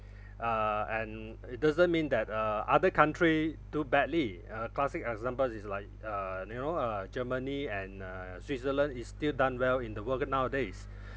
uh and it doesn't mean that uh other country do badly a classic example is like uh you know uh germany and uh switzerland is still done well in the world nowadays